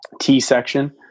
T-section